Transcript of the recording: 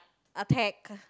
attack